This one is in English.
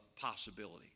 possibility